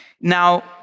Now